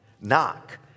Knock